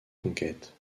conquêtes